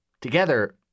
Together